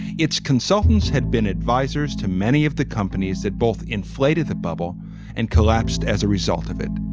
its consultants had been advisers to many of the companies that both inflated the bubble and collapsed as a result of it.